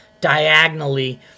diagonally